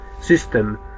system